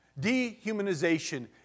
Dehumanization